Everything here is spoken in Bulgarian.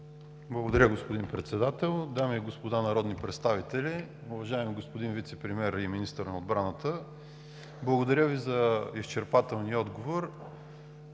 Благодаря, господин Председател. Дами и господа народни представители! Уважаеми господин Вицепремиер и министър на отбраната, благодаря Ви за изчерпателния отговор.